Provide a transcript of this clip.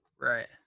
Right